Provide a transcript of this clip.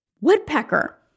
woodpecker